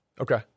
Okay